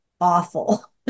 awful